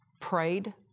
prayed